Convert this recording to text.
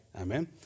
Amen